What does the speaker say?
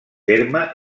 terme